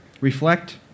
reflect